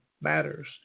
matters